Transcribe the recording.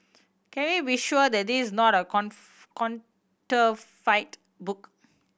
can we be sure that this is not a counterfeit book